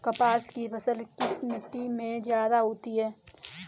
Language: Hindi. कपास की फसल किस मिट्टी में ज्यादा होता है?